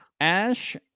ash